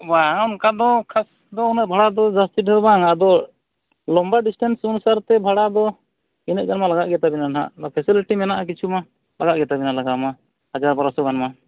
ᱵᱟᱝ ᱚᱱᱠᱟᱫᱚ ᱩᱱᱟᱹᱜ ᱵᱷᱟᱲᱟᱫᱚ ᱡᱟᱹᱥᱛᱤ ᱰᱷᱮᱨ ᱵᱟᱝ ᱟᱫᱚ ᱞᱚᱢᱵᱟ ᱰᱤᱥᱴᱮᱱᱥ ᱚᱱᱩᱥᱟᱨᱛᱮ ᱵᱷᱟᱲᱟᱫᱚ ᱤᱱᱟᱹᱜ ᱜᱟᱱᱢᱟ ᱞᱟᱜᱟᱜᱮᱛᱟᱵᱮᱱ ᱱᱟᱦᱟᱜ ᱯᱷᱮᱥᱤᱞᱤᱴᱤ ᱢᱮᱱᱟᱜᱼᱟ ᱠᱤᱪᱷᱩ ᱢᱟ ᱚᱱᱟ ᱤᱭᱟᱹᱛᱮ ᱞᱟᱜᱟᱣ ᱢᱮᱭᱟ ᱦᱟᱡᱟᱨ ᱵᱟᱨᱚᱥᱚ ᱜᱟᱱ ᱢᱟ